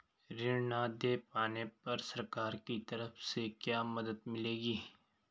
ऋण न दें पाने पर सरकार की तरफ से क्या मदद मिलेगी?